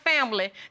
family